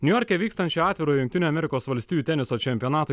niujorke vykstančio atvirojo jungtinių amerikos valstijų teniso čempionato